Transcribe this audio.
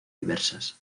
diversas